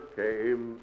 came